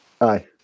aye